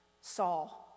Saul